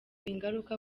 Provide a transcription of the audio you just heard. ingaruka